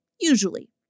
usually